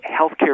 healthcare